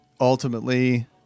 ultimately